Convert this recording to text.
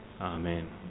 Amen